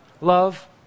love